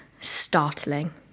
startling